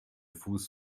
fuß